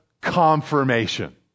confirmation